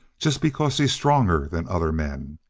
just because he's stronger than other men.